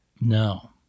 No